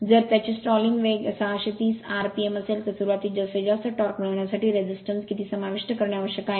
जर त्याची स्टॉलिंग वेग 630 rpm असेल तर सुरूवातीस जास्तीत जास्त टॉर्क मिळविण्यासाठी प्रतिरोध किती समाविष्ट करणे आवश्यक आहे